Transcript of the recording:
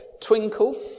Twinkle